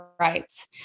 rights